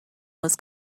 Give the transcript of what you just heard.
was